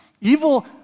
Evil